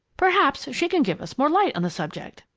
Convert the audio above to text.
perhaps she can give us more light on the subject.